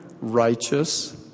righteous